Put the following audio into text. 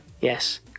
Yes